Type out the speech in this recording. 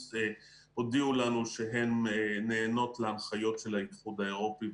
הודיעו לנו שהן נענות להנחיות של האיחוד האירופי,